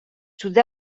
sud